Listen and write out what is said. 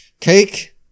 Cake